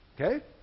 Okay